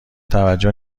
توجه